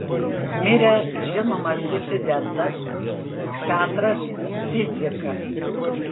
mirė žinomas disidentas petras cidzikas